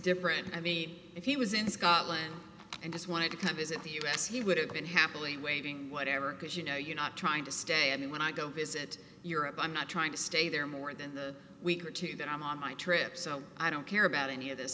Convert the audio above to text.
different i mean if he was in scotland and just wanted to come visit the us he would have been happily waving whatever because you know you're not trying to stay and when i go visit europe i'm not trying to stay there more than a week or two that i'm on my trip so i don't care about any of this